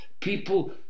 people